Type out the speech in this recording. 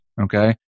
Okay